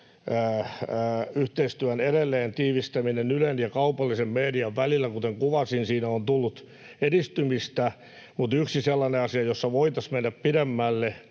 yhteistyön tiivistäminen edelleen Ylen ja kaupallisen median välillä. Kuten kuvasin, siinä on tullut edistymistä, mutta yksi sellainen asia, jossa voitaisiin mennä pidemmälle